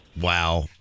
Wow